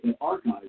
archives